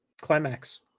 Climax